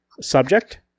subject